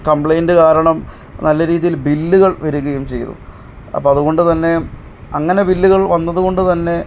complaint കാരണം നല്ല രീതിയിൽ ബില്ലുകൾ വരികയും ചെയ്തു അപ്പോള് അതുകൊണ്ടുതന്നെ അങ്ങനെ ബില്ലുകൾ വന്നതുകൊണ്ടുതന്നെ